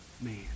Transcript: man